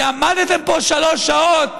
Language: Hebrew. שעמדתם פה שלוש שעות